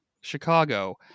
Chicago